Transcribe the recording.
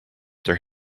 their